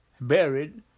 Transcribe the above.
buried